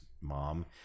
Mom